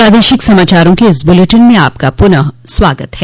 प्रादेशिक समाचारों के इस बुलेटिन में आपका फिर से स्वागत है